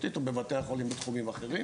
תעסוקתית ובבתי החולים בתחומים אחרים.